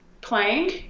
playing